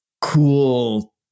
cool